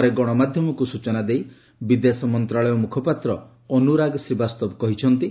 ପରେ ଗଣମାଧ୍ୟମକୁ ସୂଚନା ଦେଇ ବିଦେଶ ମନ୍ତ୍ରଣାଳୟ ମୁଖପାତ୍ର ଅନୁରାଗ ଶ୍ରୀବାସ୍ତବ କହିଛନ୍ତି